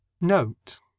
Note